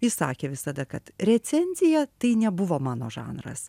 ji sakė visada kad recenzija tai nebuvo mano žanras